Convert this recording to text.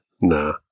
nah